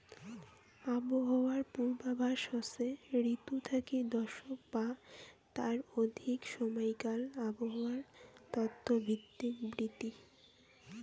আবহাওয়ার পূর্বাভাস হসে ঋতু থাকি দশক বা তার অধিক সমাইকাল আবহাওয়ার তত্ত্ব ভিত্তিক বিবৃতি